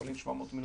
אני